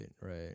right